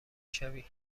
شوی